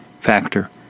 factor